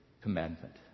commandment